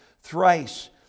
Thrice